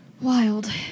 Wild